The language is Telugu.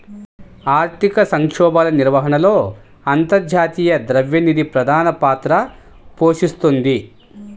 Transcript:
ఆర్థిక సంక్షోభాల నిర్వహణలో అంతర్జాతీయ ద్రవ్య నిధి ప్రధాన పాత్ర పోషిస్తోంది